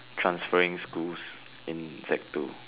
transferring schools in sec two